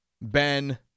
Ben